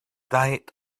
diet